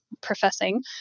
professing